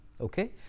Okay